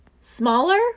smaller